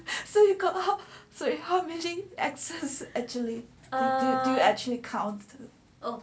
so you got so how many exes actually do you actually count